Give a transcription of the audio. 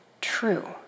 True